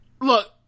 Look